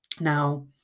Now